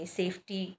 safety